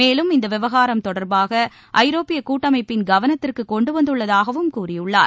மேலும் இந்த விவகாரம் தொடர்பாக ஐரோப்பிய கூட்டமைப்பின் கவனத்திற்கு கொண்டு வந்துள்ளதாகவும் கூறியுள்ளார்